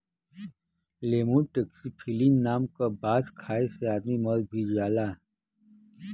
lemur taxiphyllin नाम क बांस खाये से आदमी मर भी जाला